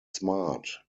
smart